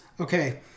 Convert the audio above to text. Okay